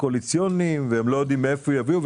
הקואליציוניים והם לא ידעו מאיפה יביאו.